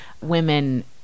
women